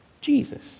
Jesus